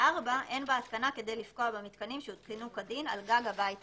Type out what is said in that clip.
(4)אין בהתקנה כדי לפגוע במיתקנים שהותקנו כדין על גג הבית המשותף,